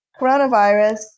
coronavirus